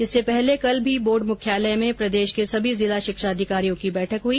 इससे पहले कल भी बोर्ड मुख्यालय में प्रदेश के सभी जिला शिक्षा अधिकारियों की बैठक हुई